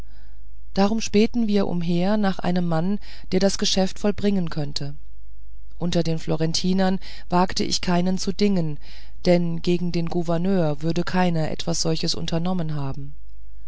darum spähten wir umher nach einem mann der das geschäft vollbringen könnte unter den florentinern wagte ich keinen zu dingen denn gegen den gouverneur würde keiner etwas solches unternommen haben